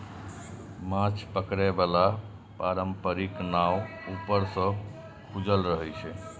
माछ पकड़े बला पारंपरिक नाव ऊपर सं खुजल रहै छै